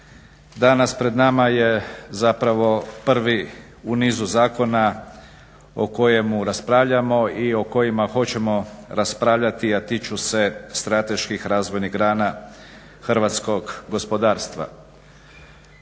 Danas pred nama je zapravo prvi u nizu zakona o kojemu raspravljamo i o kojemu hoćemo raspravljati a tiču se strateških razvojnih grana hrvatskog gospodarstva.